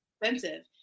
expensive